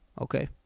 okay